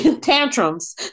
tantrums